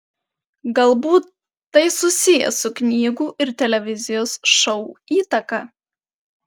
galbūt tai susiję su knygų ir televizijos šou įtaka